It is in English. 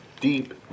deep